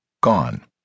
Gone